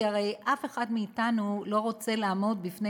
כי הרי אף אחד מאתנו לא רוצה לעמוד בפני